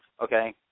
okay